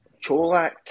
Cholak